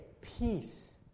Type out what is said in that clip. peace